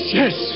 yes